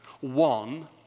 One